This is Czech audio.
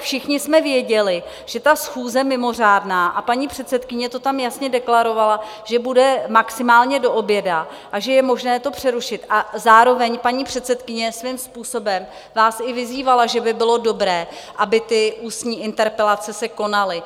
Všichni jsme věděli, že ta mimořádná schůze, a paní předsedkyně to tam jasně deklarovala, bude maximálně do oběda a že je možné to přerušit, a zároveň vás paní předsedkyně svým způsobem i vyzývala, že by bylo dobré, aby se ty ústní interpelace se konaly.